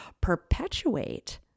perpetuate